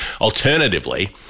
Alternatively